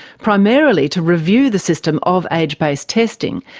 primarily to review the system of age-based testing,